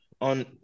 on